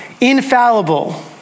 infallible